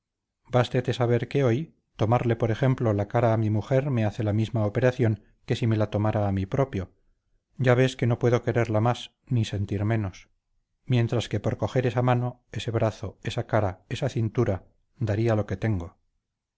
bástete saber que hoy tomarle la cara a mi mujer me hace la misma operación que si me la tomara a mí propio ya ves que no puedo quererla más ni sentir menos mientras que por coger esa mano ese brazo esa cara esa cintura daría lo que no tengo